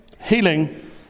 healing